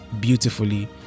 beautifully